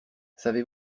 savez